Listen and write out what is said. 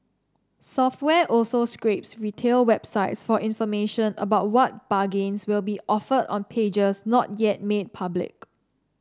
software also scrapes retail websites for information about what bargains will be offered on pages not yet made public